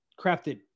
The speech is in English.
crafted